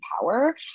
power